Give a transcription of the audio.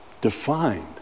defined